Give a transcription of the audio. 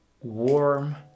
warm